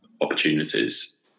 opportunities